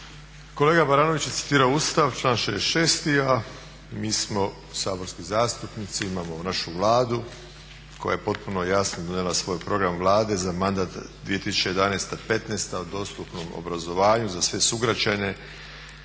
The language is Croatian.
Kolega Baranović je citirao Ustav, članak 66., a mi smo saborski zastupnici i imamo našu Vladu koja je potpuno jasno donijela svoj program Vlade za mandat 2011.-2015.o dostupnom obrazovanju za sve sugrađane,